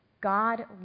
God